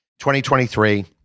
2023